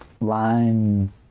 line